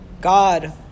God